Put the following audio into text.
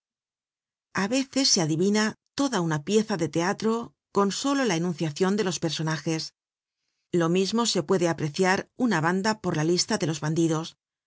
a veces se adivina toda una pieza de teatro con solo la enunciacion de los personajes lo mismo se puede apreciar una banda por la lista de los bandidos